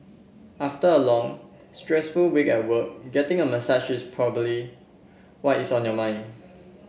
after a long stressful week at work getting a massage is probably what is on your mind